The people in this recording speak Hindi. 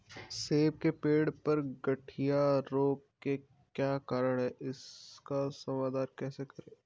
सेब के पेड़ पर गढ़िया रोग के क्या कारण हैं इसका समाधान कैसे करें?